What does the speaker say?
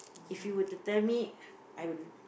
if you were to tell I would